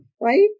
Right